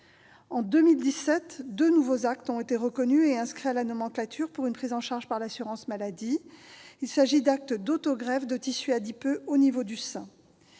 En 2017, deux nouveaux actes ont été reconnus et inscrits à la nomenclature pour prise en charge par l'assurance maladie : il s'agit d'actes d'autogreffe de tissu adipeux au niveau du sein.